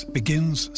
begins